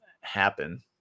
happen